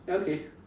okay